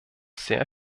sehr